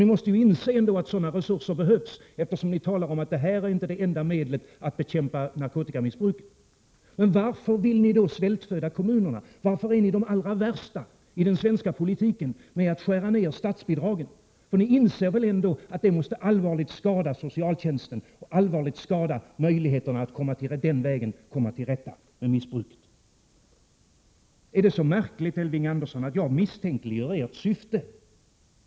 Ni måste ju inse att sådana resurser behövs, eftersom ni talar om att detta inte är det enda medlet att bekämpa narkotikamissbruket. Men varför vill ni då svältföda kommunerna? Varför är ni de allra värsta i den svenska politiken när det gäller att skära ned statsbidragen? Ni inser väl ändå att det måste allvarligt skada socialtjänsten och möjligheterna att den vägen komma till rätta med missbruket? Är det så märkligt, Elving Andersson, att jag misstänkliggör ert syfte?